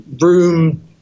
room